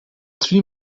three